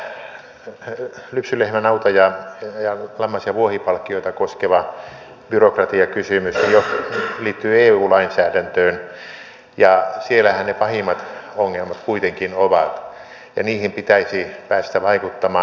tämä esille tullut lypsylehmä nauta lammas ja vuohipalkkioita koskeva byrokratiakysymys liittyy eu lainsäädäntöön ja siellähän ne pahimmat ongelmat kuitenkin ovat ja niihin pitäisi päästä vaikuttamaan